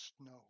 snow